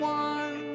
one